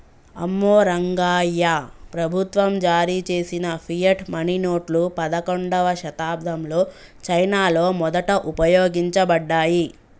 అమ్మో రంగాయ్యా, ప్రభుత్వం జారీ చేసిన ఫియట్ మనీ నోట్లు పదకండవ శతాబ్దంలో చైనాలో మొదట ఉపయోగించబడ్డాయి